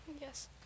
yes